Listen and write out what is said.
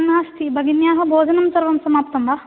नास्ति भगिन्याः भोजनं सर्वं समाप्तं वा